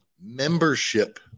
membership